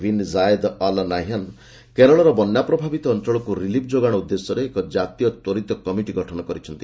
bin Zayed Al Nahyan କେରଳର ବନ୍ୟା ପ୍ରଭାବିତ ଅଞ୍ଚଳକୁ ରିଲିଫ୍ ଯୋଗାଣ ଉଦ୍ଦେଶ୍ୟରେ ଏକ ଜାତୀୟ ତ୍ୱରିତ କମିଟି ଗଠନ କରିଛନ୍ତି